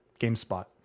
GameSpot